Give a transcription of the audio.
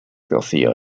garcía